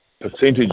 percentage